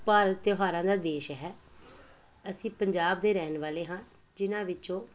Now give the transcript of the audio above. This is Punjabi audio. ਭਾਰਤ ਤਿਉਹਾਰਾਂ ਦਾ ਦੇਸ਼ ਹੈ ਅਸੀਂ ਪੰਜਾਬ ਦੇ ਰਹਿਣ ਵਾਲੇ ਹਾਂ ਜਿਹਨਾਂ ਵਿੱਚੋਂ